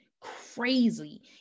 crazy